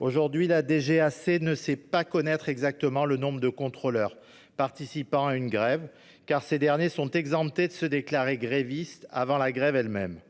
Aujourd'hui, la DGAC ne connaît pas à l'avance le nombre de contrôleurs participant à une grève, car ces derniers sont exemptés de se déclarer grévistes avant la grève elle-même.